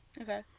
Okay